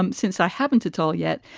um since i happened to tell yet,